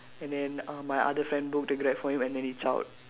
and then uh my other friend book the Grab for him and then he zao